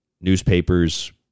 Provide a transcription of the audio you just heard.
newspapers